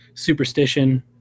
Superstition